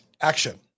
action